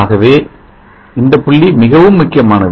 ஆகவே இந்த புள்ளி மிகவும் முக்கியமானது